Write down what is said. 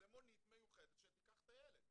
זו מונית מיוחדת שתיקח את הילד.